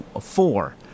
Four